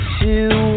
two